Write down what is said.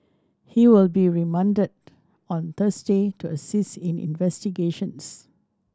he will be remanded on Thursday to assist in investigations